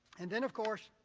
and then, of course,